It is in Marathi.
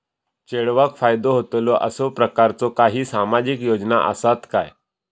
चेडवाक फायदो होतलो असो प्रकारचा काही सामाजिक योजना असात काय?